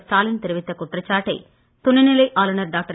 ஸ்டாலின் தெரிவித்த குற்றச்சாட்டை துணைநிலை ஆளுனர் டாக்டர்